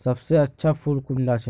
सबसे अच्छा फुल कुंडा छै?